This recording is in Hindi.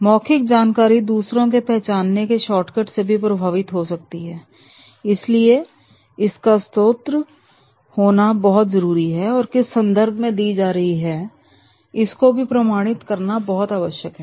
मौखिक जानकारी दूसरों के पहचानने के शॉर्टकट से भी प्रभावित हो सकती है इसलिए इसका स्रोत होना बहुत जरूरी है और यह किस संदर्भ में दी जा रही है इसको भी प्रमाणित करना बहुत आवश्यक है